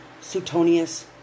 Suetonius